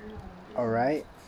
alright